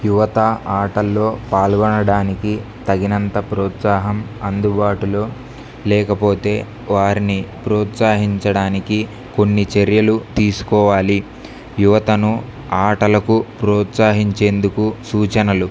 యువత ఆటల్లో పాల్గొనడానికి తగినంత ప్రోత్సాహం అందుబాటులో లేకపోతే వారిని ప్రోత్సాహించడానికి కొన్ని చర్యలు తీసుకోవాలి యువతను ఆటలకు ప్రోత్సహించేందుకు సూచనలు